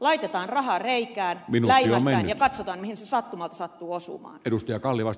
laitetaan raha reikään läimästään ja katsotaan mihin se sattuu osumaan